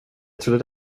trodde